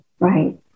Right